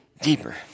deeper